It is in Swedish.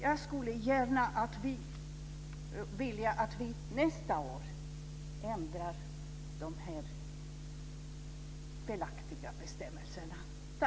Jag skulle gärna vilja att vi nästa år ändrar de felaktiga bestämmelserna.